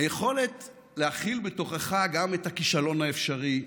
היכולת להכיל בתוכך גם את הכישלון האפשרי,